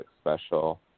special